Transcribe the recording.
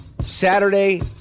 Saturday